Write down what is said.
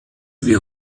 wie